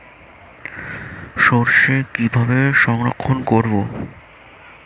সরষে কিভাবে সংরক্ষণ করব?